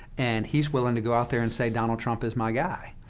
and he's willing to go out there and say, donald trump is my guy.